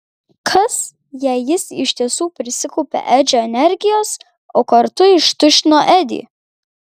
kas jei jis iš tiesų prisikaupė edžio energijos o kartu ištuštino edį